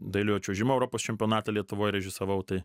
dailiojo čiuožimo europos čempionatą lietuvoj režisavau tai